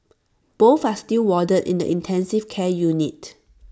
both are still warded in the intensive care unit